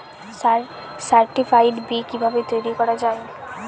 Certified বি কিভাবে তৈরি করা যায়?